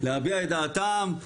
להביע את דעתם,